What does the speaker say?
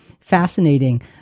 fascinating